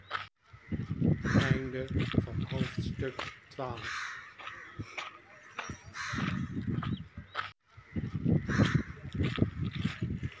gunst van het